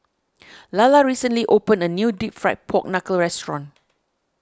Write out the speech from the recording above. Lalla recently opened a new Deep Fried Pork Knuckle restaurant